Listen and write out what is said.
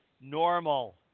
normal